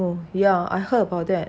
oh yeah I heard about that